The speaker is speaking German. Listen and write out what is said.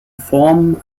form